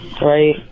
Right